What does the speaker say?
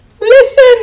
listen